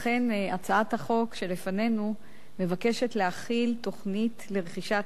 אכן הצעת החוק שלפנינו מבקשת להכין תוכנית לרכישת